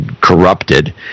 corrupted